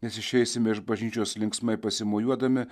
nes išeisime iš bažnyčios linksmai pasimojuodami